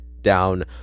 down